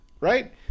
Right